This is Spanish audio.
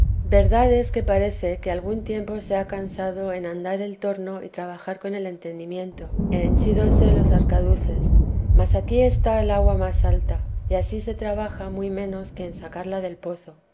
verdad es que parece que algún tiempo se ha cansado en andar el torno y trabajar con el entendimiento e henchídose los arcaduces mas aquí está el agua más alta y ansí se trabaja muy menos que en sacarla del pozo